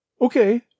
Okay